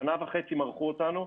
שנה וחצי מרחו אותנו,